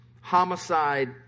homicide